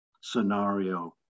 scenario